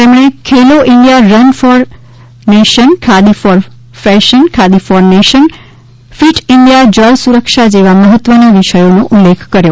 તેમણે Khelo India run for nation Khadi for nation fit India જળ સુરક્ષા જેવા મહત્વના વિષયોનો ઉલ્લેખ કર્યો